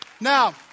Now